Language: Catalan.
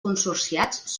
consorciats